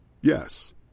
Yes